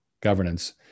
governance